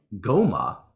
goma